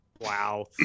Wow